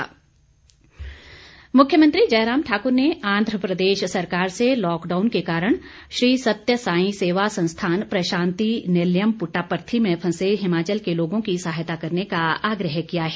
मांग मुख्यमंत्री जयराम ठाकुर ने आंध्र प्रदेश सरकार से लॉकडाउन के कारण श्री सत्य साई सेवा संस्थान प्रशांति निलयम पुट्टापर्थी में फंसे हिमाचल के लोगों की सहायता करने का आग्रह किया है